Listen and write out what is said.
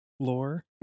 lore